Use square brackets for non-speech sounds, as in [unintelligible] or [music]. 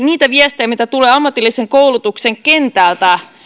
[unintelligible] niitä viestejä mitä tulee ammatillisen koulutuksen kentältä